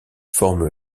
forment